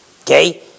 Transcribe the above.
Okay